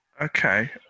okay